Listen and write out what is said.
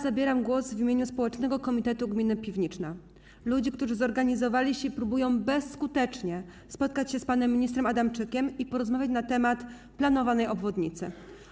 Zabieram głos w imieniu Społecznego Komitetu Gminy Piwniczna, ludzi, którzy zorganizowali się i próbują bezskutecznie spotkać się z panem ministrem Adamczykiem i porozmawiać na temat planowanej obwodnicy.